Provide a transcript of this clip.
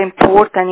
important